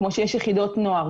כפי שיש יחידות נוער,